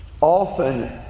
often